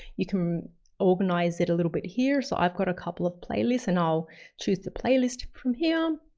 you can organise it a little bit here. so i've got a couple of playlists, and i'll choose the playlist from here.